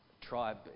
tribe